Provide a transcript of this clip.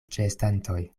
ĉeestantoj